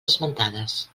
esmentades